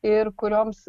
ir kurioms